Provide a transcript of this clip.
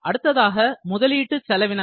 அடுத்ததாக முதலீட்டு செலவினங்கள்